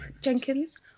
Jenkins